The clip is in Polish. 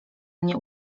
mnie